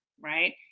right